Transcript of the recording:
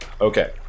Okay